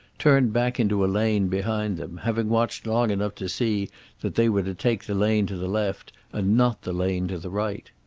turned back into a lane behind them, having watched long enough to see that they were to take the lane to the left, and not the lane to the right.